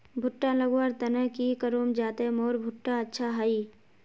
भुट्टा लगवार तने की करूम जाते मोर भुट्टा अच्छा हाई?